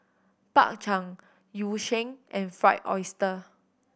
Bak Chang Yu Sheng and Fried Oyster